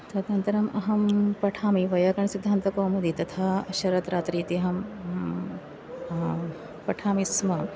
तदन्तरम् अहं पठामि वैयाकरणसिद्धान्तकौमुदी तथा शरद्रात्रीति अहं पठामि स्म